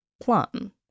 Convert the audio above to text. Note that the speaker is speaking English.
plum